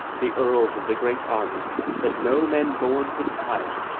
the earls of the great army that no men born could tire,